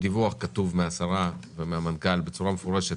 דיווח כתוב, מהשרה ומהמנכ"ל, בצורה מפורשת